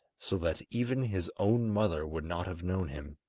so that even his own mother would not have known him.